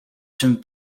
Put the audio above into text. czym